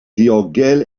ddiogel